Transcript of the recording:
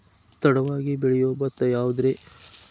ತಡವಾಗಿ ಬೆಳಿಯೊ ಭತ್ತ ಯಾವುದ್ರೇ?